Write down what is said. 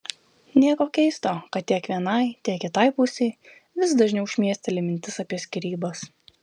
nieko keisto kad tiek vienai tiek kitai pusei vis dažniau šmėsteli mintis apie skyrybas